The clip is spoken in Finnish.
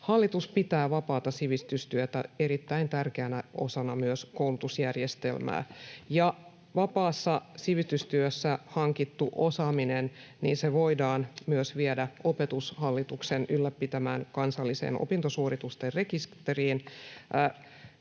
hallitus pitää vapaata sivistystyötä erittäin tärkeänä osana myös koulutusjärjestelmää. Vapaassa sivistystyössä hankittu osaaminen voidaan myös viedä Opetushallituksen ylläpitämään kansalliseen opintosuoritusten rekisteriin.